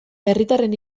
herritarren